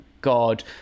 god